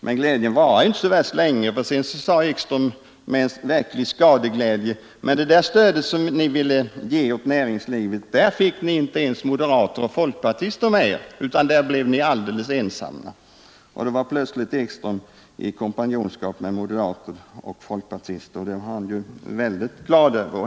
Men glädjen varade inte så länge, för sedan sade herr Ekström med verklig skadeglädje: ”I fråga om det där stödet som ni ville ge åt näringslivet fick ni inte ens moderater och folkpartister med er, utan där blev ni alldeles ensamma.” Då var plötsligt herr Ekström i kompanjonskap med moderater och folkpartister, och det var han väldigt glad över.